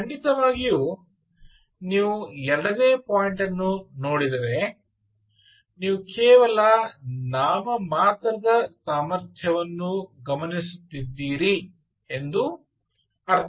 ಖಂಡಿತವಾಗಿಯೂ ನೀವು ಎರಡನೇ ಪಾಯಿಂಟನ್ನು ನೋಡಿದರೆ ನೀವು ಕೇವಲ ನಾಮಮಾತ್ರದ ಸಾಮರ್ಥ್ಯವನ್ನು ಗಮನಿಸುತ್ತಿದ್ದೀರಿ ಎಂದು ಅರ್ಥ